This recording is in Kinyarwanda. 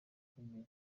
ikomeye